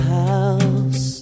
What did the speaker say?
house